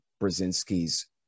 Brzezinski's